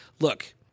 look